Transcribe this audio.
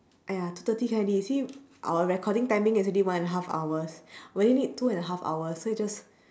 !aiya! two thirty can already see our recording timing yesterday one and a half hours we only need two and a half hours so you just